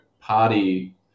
party